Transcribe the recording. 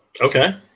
Okay